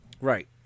Right